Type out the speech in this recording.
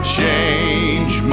change